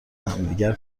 همدیگر